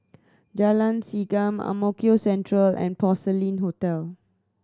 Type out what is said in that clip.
Jalan Segam Ang Mo Kio Central Three and Porcelain Hotel